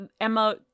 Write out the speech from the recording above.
Emma